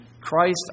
Christ